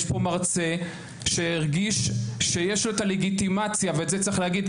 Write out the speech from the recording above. יש פה מרצה שהרגיש שיש לו את הלגיטימציה ואת זה צריך להגיד,